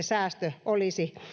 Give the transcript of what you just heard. säästö olisi